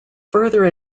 further